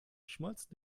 schmolzen